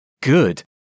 Good